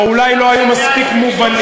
או אולי לא היו מספיק מובנים.